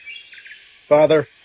Father